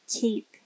keep